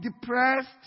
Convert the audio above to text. depressed